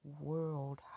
World